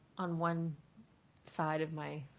on one side of my